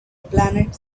planet